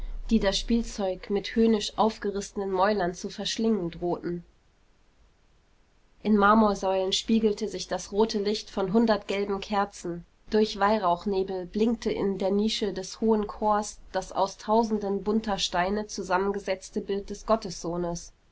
die das spielzeug mit höhnisch aufgerissenen mäulern zu verschlingen drohten in marmorsäulen spiegelte sich das rote licht von hundert gelben kerzen durch weihrauchnebel blinkte in der nische des hohen chors das aus tausenden bunter steine zusammengesetzte bild des